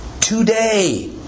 today